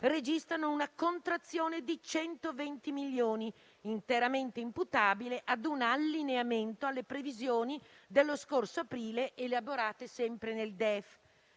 registrano una contrazione di 120 milioni di euro, interamente imputabile a un allineamento alle previsioni dello scorso aprile elaborate sempre nel DEF.